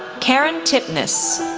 curren tipnis,